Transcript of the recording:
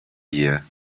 year